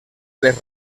les